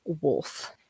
wolf